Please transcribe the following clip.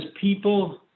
people